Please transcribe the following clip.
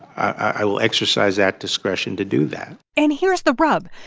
i will exercise that discretion to do that and here's the rub.